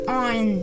on